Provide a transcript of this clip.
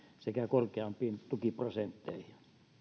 sekä korkeampiin tukiprosentteihin